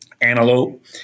antelope